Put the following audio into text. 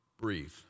breathe